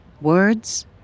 Words